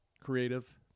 Creative